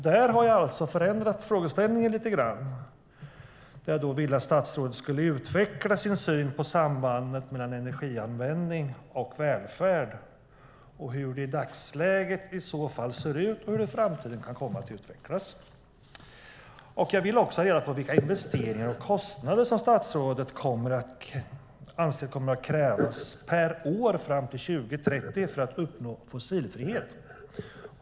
Där förändrade jag frågeställningen lite grann och ville att statsrådet skulle utveckla sin syn på sambandet mellan energianvändning och välfärd och hur det i dagsläget i så fall ser ut och hur det i framtiden kan komma att utvecklas. Jag ville också ha reda på vilka investeringar och kostnader som statsrådet anser kommer att krävas per år fram till 2030 för att uppnå fossilfrihet.